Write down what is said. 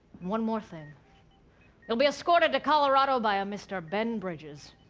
one more thing you'll be escorted to colorado by a mr. ben bridges.